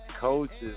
coaches